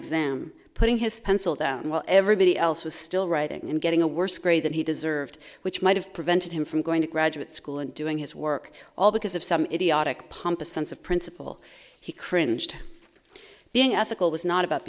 exam putting his pencil down well everybody else was still writing and getting a worse grade that he deserved which might have prevented him from going to graduate school and doing his work all because of some idiotic pompous sense of principle he cringed being ethical was not about